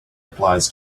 applies